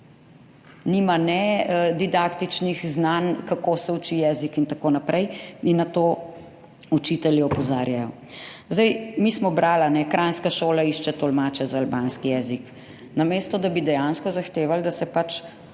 Nima ne didaktičnih znanj, kako se uči jezik in tako naprej, in na to učitelji opozarjajo. Mi smo brali, kranjska šola išče tolmače za albanski jezik. Namesto da bi dejansko zahtevali, da se